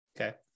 okay